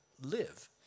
live